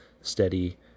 steady